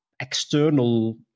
external